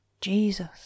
Jesus